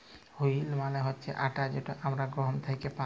wheat মালে হছে আটা যেট আমরা গহম থ্যাকে পাই